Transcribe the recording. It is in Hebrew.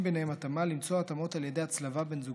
ביניהם התאמה למצוא התאמות על ידי הצלבה בין זוגות.